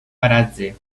paratge